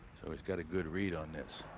so he's got a good read on this.